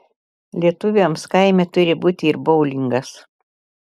lietuviams kaime turi būti ir boulingas